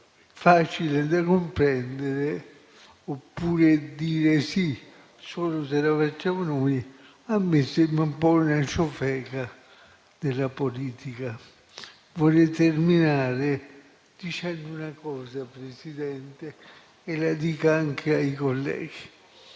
facile da comprendere, oppure dire sì solo se lo facciamo noi, a me sembra un po' una ciofeca della politica. Vorrei terminare dicendo una cosa, Presidente, e la dica anche ai colleghi.